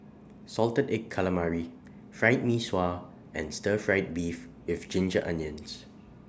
Salted Egg Calamari Fried Mee Sua and Stir Fried Beef with Ginger Onions